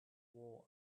war